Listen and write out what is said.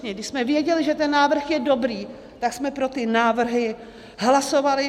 Když jsme věděli, že ten návrh je dobrý, tak jsme pro ty návrhy hlasovali.